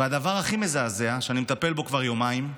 והדבר הכי מזעזע, שאני מטפל בו כבר יומיים,